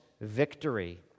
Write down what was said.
victory